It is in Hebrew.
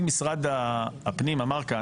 תסכים איתי בטח,